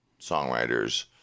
songwriters